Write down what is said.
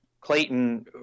Clayton